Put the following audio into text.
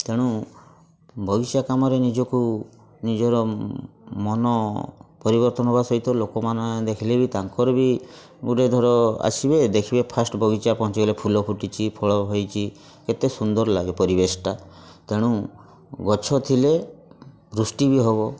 ତେଣୁ ବଗିଚା କାମରେ ନିଜକୁ ନିଜର ମନ ପରିବର୍ତ୍ତନ ହେବା ସହିତ ଲୋକମାନେ ଦେଖିଲେ ବି ତାଙ୍କର ବି ଗୋଟିଏ ଧର ଆସିବେ ଦେଖିବେ ଫାଷ୍ଟ୍ ବଗିଚା ପହଞ୍ଚିଗଲେ ଫୁଲ ଫୁଟିଛି ଫଳ ହେଇଛି କେତେ ସୁନ୍ଦର ଲାଗେ ପରିବେଶଟା ତେଣୁ ଗଛ ଥିଲେ ବୃଷ୍ଟି ବି ହେବ